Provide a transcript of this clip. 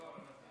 לא.